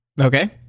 Okay